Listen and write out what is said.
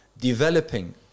developing